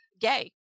gay